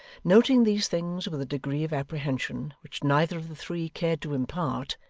noting these things with a degree of apprehension which neither of the three cared to impart,